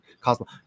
cosmos